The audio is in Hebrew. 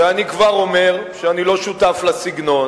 ואני כבר אומר שאני לא שותף לסגנון